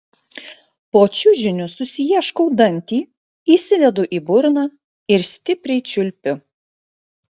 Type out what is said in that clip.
po čiužiniu susiieškau dantį įsidedu į burną ir stipriai čiulpiu